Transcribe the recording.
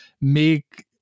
make